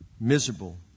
miserable